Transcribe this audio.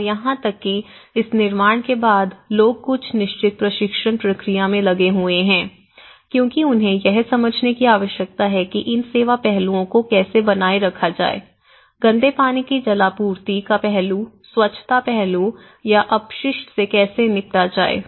और यहां तक कि इस निर्माण के बाद लोग कुछ निश्चित प्रशिक्षण प्रक्रिया में लगे हुए हैं क्योंकि उन्हें यह समझने की आवश्यकता है कि इन सेवा पहलुओं को कैसे बनाए रखा जाए गंदे पानी की जलापूर्ति का पहलू स्वच्छता पहलू या अपशिष्ट से कैसे निपटा जाए